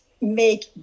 make